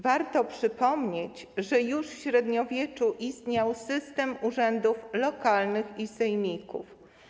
Warto przypomnieć, że już w średniowieczu istniał system urzędów lokalnych i sejmików.